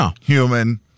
human